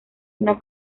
una